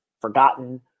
forgotten